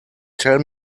tell